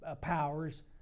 powers